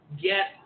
get